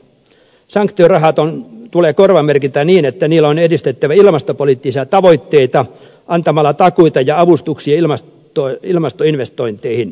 sanktiorahat tulee korvamerkitä niin että niillä on edistettävä ilmastopoliittisia tavoitteita antamalla takuita ja avustuksia ilmastoinvestointeihin